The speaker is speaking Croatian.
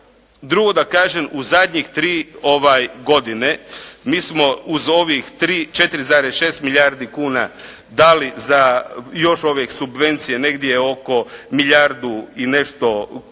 Drugo da kažem u zadnje 3 godine mi smo uz ovih 4,6 milijardi kuna dali za, još ove subvencije negdje oko milijardu i nešto kuna,